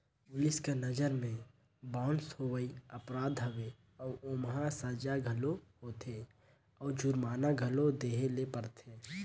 police कर नंजर में बाउंस होवई अपराध हवे अउ ओम्हां सजा घलो होथे अउ जुरमाना घलो देहे ले परथे